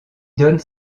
donnent